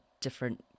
different